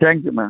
thank you madam